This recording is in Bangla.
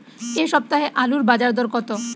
এ সপ্তাহে আলুর বাজার দর কত?